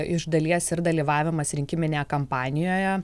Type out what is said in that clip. iš dalies ir dalyvavimas rinkiminėje kampanijoje